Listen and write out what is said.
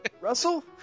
Russell